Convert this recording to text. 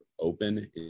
open